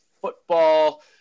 football